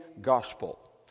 Gospel